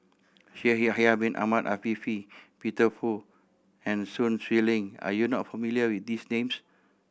Shaikh Yahya Bin Ahmed Afifi Peter Fu and Sun Xueling are you not familiar with these names